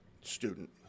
student